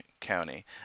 County